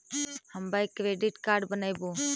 हम bank credit card बनैवो?